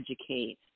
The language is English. educate